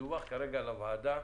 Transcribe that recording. שדווחו כרגע לוועדה,